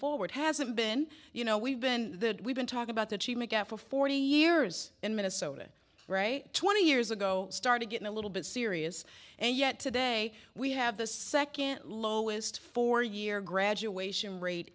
forward hasn't been you know we've been we've been talking about that she may get for forty years in minnesota right twenty years ago started getting a little bit serious and yet today we have the second lowest four year graduation rate